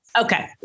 Okay